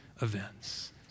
events